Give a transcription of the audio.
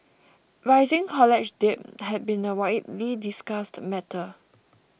rising college debt has been a widely discussed matter